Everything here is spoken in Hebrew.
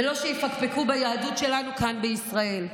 ולא שיפקפקו ביהדות שלנו כאן, בישראל.